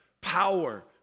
power